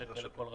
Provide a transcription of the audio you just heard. שקלים לכל רשות.